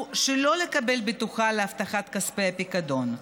שלא לקבל בטוחה להבטחת כספי הפיקדון,